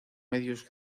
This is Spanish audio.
medios